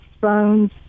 phones